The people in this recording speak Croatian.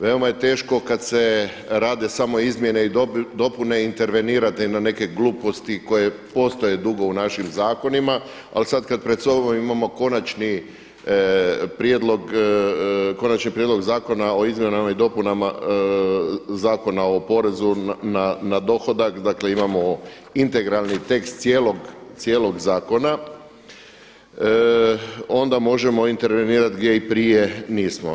Veoma je teško kada se rade samo izmjene i dopune intervenirati na neke gluposti koje postoje dugo u našim zakonima, ali sada kada pred sobom imamo Konačni prijedlog zakona o izmjenama i dopunama Zakona o porezu na dohodak dakle imamo integralni tekst cijelog zakona, onda možemo intervenirati gdje i prije nismo.